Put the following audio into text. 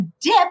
dip